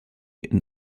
and